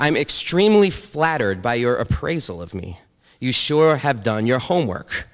i'm extremely flattered by your appraisal of me you sure have done your homework